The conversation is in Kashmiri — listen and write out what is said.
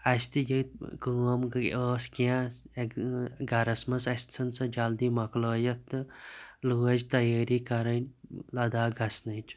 أسۍ تہِ ییٚتہِ کٲم گٔے ٲس کیٚنٛہہ ایٚک گَرَس منٛز اَسہِ ژھٕنۍ سۄ جَلدی مۄکلٲیِتھ تہٕ لٲج تَیٲری کَرٕنۍ لَداخ گَژھنٕچ